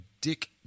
Dick